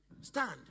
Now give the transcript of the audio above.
Stand